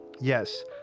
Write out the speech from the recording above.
Yes